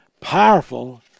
powerful